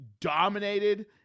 dominated